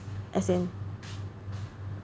as in